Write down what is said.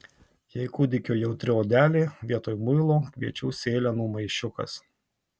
jei kūdikio jautri odelė vietoj muilo kviečių sėlenų maišiukas